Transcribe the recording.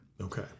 Okay